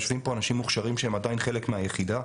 יושבים פה אנשים מוכשרים שהם עדיין חלק מהיחידה.